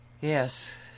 Yes